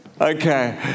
Okay